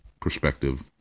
perspective